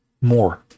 more